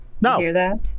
No